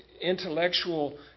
intellectual